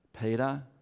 Peter